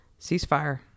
ceasefire